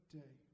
day